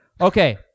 Okay